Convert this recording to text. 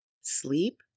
Sleep